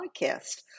podcast